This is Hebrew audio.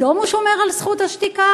פתאום הוא שומר על זכות השתיקה?